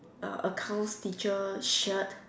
a~ accounts teacher shirt